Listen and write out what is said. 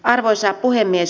arvoisa puhemies